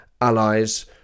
allies